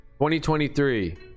2023